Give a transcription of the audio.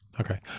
Okay